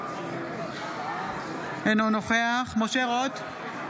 אינו נוכח משה רוט,